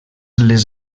les